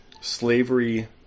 slavery